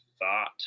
thought